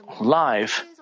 live